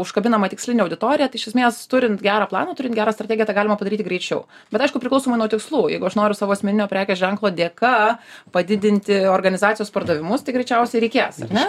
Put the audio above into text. užkabinama tikslinė auditorija tai iš esmės turint gerą planą turint gerą strategiją tą galima padaryti greičiau bet aišku priklausoma nuo tikslų jeigu aš noriu savo asmeninio prekės ženklo dėka padidinti organizacijos pardavimus tai greičiausiai reikės ar ne